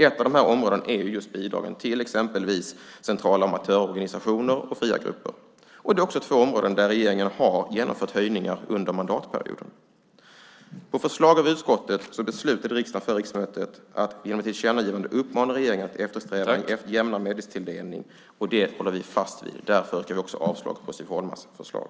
Ett av de områdena är just bidragen till exempelvis centrala amatörorganisationer och fria grupper. Det är också två områden där regeringen har genomfört höjningar under mandatperioden. På förslag av utskottet beslutade riksdagen förra riksmötet att genom ett tillkännagivande uppmana regeringen att eftersträva en jämnare medelstilldelning. Det håller vi fast vid. Därför blir det avslag på Siv Holmas förslag.